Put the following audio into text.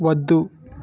వద్దు